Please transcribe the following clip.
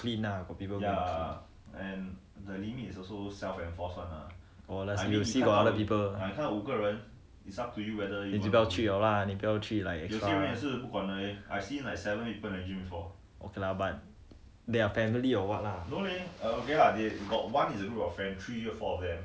but gym is there a lot people in there but they will clean lah for people oh you see got other people 你就不要去了啊你不要去 like extra ok lah but